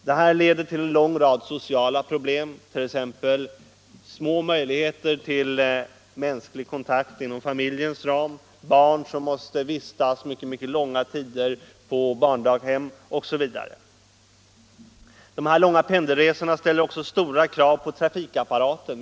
Detta leder till en rad sociala problem, t.ex. små möjligheter till mänsklig kontakt inom familjens ram, barn som måste vistas mycket långa tider på barndaghem osv. Dessa långa resor ställer också stora krav på trafikapparaten.